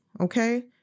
Okay